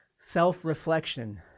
self-reflection